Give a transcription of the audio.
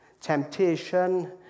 temptation